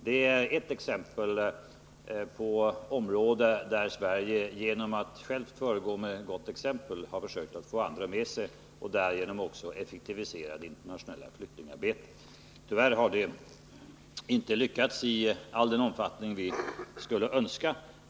Det är ett exempel på ett område där Sverige genom att självt föregå med gott exempel har försökt att få andra länder med sig och därigenom också försökt att effektivisera det internationella flyktingarbetet. Tyvärr har vi inte lyckats i all den omfattning vi skulle önska.